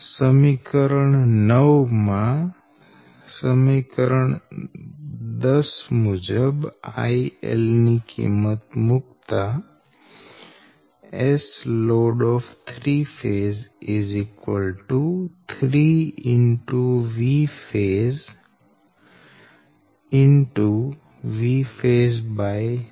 સમીકરણ 9 માં સમીકરણ 10 મુજબ IL ની કિંમત મુકતા S Load 3ɸ 3